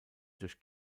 durch